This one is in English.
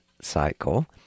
cycle